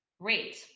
Great